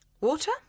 Water